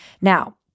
Now